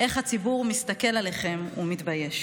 איך הציבור מסתכל עליכם ומתבייש.